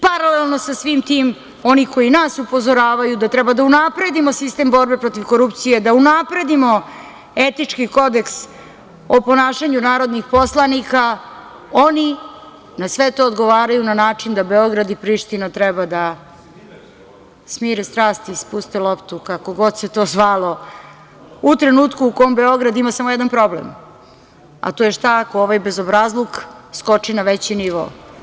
Paralelno sa svim tim oni koji nas upozoravaju da treba da unapredimo sistem borbe protiv korupcije, da unapredimo etički Kodeks o ponašanju narodnih poslanika oni na sve to odgovaraju na način da Beograd i Priština treba da smire strasti, spuste loptu, kako god se to zvalo u trenutku u kome Beograd ima samo jedan problem, a to je šta ako ovaj bezobrazluk skoči na veći nivo.